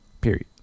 period